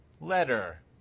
letter